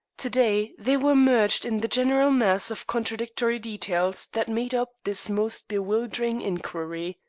to-day they were merged in the general mass of contradictory details that made up this most bewildering inquiry.